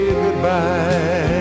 goodbye